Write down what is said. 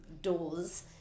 doors